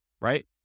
right